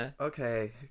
okay